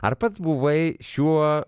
ar pats buvai šiuo